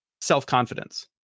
self-confidence